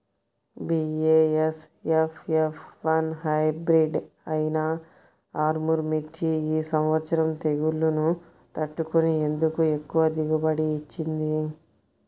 BASF F one hybrid అయినా ఆర్ముర్ మిర్చి ఈ సంవత్సరం తెగుళ్లును తట్టుకొని ఎందుకు ఎక్కువ దిగుబడి ఇచ్చింది?